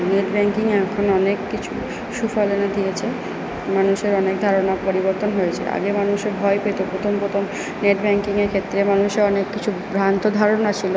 net banking এখন অনেক কিছু সুফল এনে দিয়েছে মানুষের অনেক ধারণা পরিবর্তন হয়েছে আগে মানুষে ভয় পেত প্রথম প্রথম নেট ব্যাংকিংয়ের ক্ষেত্রে মানুষের অনেক কিছু ভ্রান্ত ধারণা ছিল